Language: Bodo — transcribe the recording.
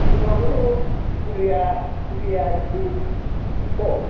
जोंनियावथ' फुलिया इसे खम